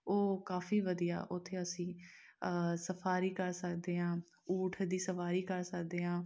ਉਹ ਕਾਫੀ ਵਧੀਆ ਉੱਥੇ ਅਸੀਂ ਸਫਾਰੀ ਕਰ ਸਕਦੇ ਹਾਂ ਊਠ ਦੀ ਸਵਾਰੀ ਕਰ ਸਕਦੇ ਹਾਂ